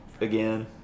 again